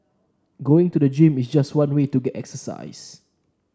going to the gym is just one way to get exercise